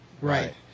Right